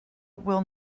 will